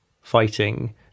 fighting